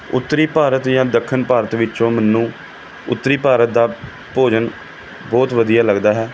ਉੱਤਰੀ ਭਾਰਤ ਜਾਂ ਦੱਖਣ ਭਾਰਤ ਵਿੱਚੋਂ ਮੈਨੂੰ ਉੱਤਰੀ ਭਾਰਤ ਦਾ ਭੋਜਨ ਬਹੁਤ ਵਧੀਆ ਲੱਗਦਾ ਹੈ